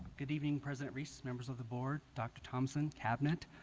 good evening president reese members of the board dr. thompson cabinet.